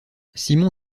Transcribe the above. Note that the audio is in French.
simon